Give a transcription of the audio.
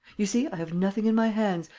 you see, i have nothing in my hands,